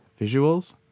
Visuals